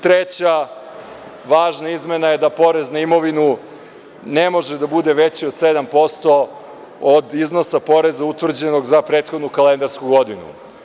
Treća, važna izmena je da porez na imovinu ne može da bude veći od 7% od iznosa poreza utvrđenog za prethodnu kalendarsku godinu.